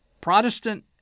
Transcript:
Protestant